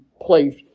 place